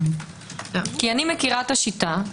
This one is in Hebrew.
כי אני מכירה את השיטה.